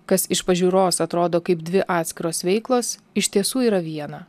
kas iš pažiūros atrodo kaip dvi atskiros veiklos iš tiesų yra viena